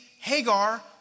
Hagar